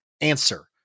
answer